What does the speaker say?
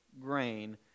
grain